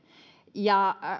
ja